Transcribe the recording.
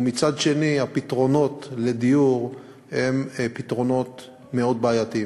ומצד שני הפתרונות לדיור הם פתרונות מאוד בעייתיים.